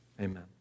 Amen